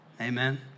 Amen